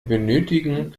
benötigen